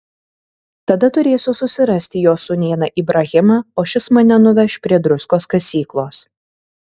tada turėsiu susirasti jo sūnėną ibrahimą o šis mane nuveš prie druskos kasyklos